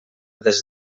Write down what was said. des